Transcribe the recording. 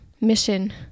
mission